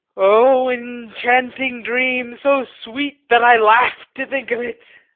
oh, enchanting dream, so sweet that i laugh to think of it.